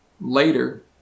later